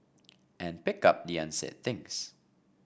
and pick up the unsaid things